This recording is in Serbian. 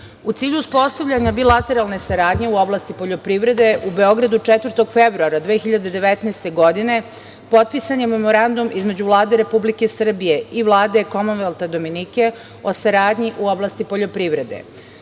cilju uspostavljanja bilateralne saradnje u oblasti poljoprivrede, u Beogradu, 4. februara 2019. godine, potpisan je Memorandum između Vlade Republike Srbije i Vlade Komonvelta Dominike o saradnji u oblasti poljoprivrede. Memorandum